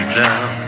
down